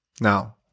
Now